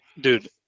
dude